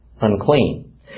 unclean